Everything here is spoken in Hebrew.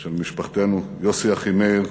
ושל משפחתנו, יוסי אחימאיר,